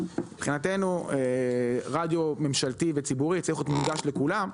מבחינתנו רדיו ממשלתי וציבורי צריך להיות מונגש לכולם.